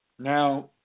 Now